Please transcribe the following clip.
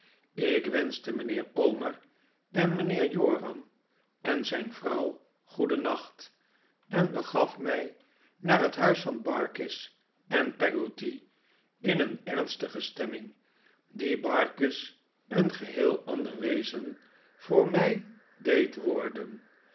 ik wenschte mijnheer omer en mijnheer joram en zijn vrouw goedennacht en begaf mij naar het huis van barkis en peggotty in een ernstige stemming die barkis een geheel ander wezen voor mij deed worden